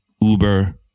Uber